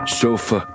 sofa